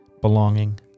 belonging